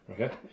okay